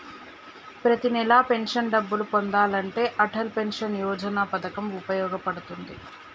ప్రతి నెలా పెన్షన్ డబ్బులు పొందాలంటే అటల్ పెన్షన్ యోజన పథకం వుపయోగ పడుతుంది